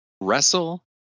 wrestle